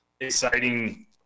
exciting